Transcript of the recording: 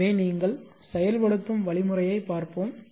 எனவே நீங்கள் செயல்படுத்தும் வழிமுறையைப் பார்ப்போம்